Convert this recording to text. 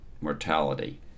mortality